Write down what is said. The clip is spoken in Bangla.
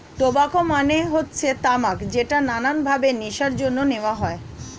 টোবাকো মানে হচ্ছে তামাক যেটা নানান ভাবে নেশার জন্য নেওয়া হয়